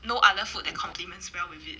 no other food that compliments well with it